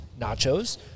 nachos